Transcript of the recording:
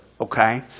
okay